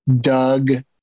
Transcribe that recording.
Doug